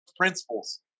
principles